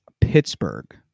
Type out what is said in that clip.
Pittsburgh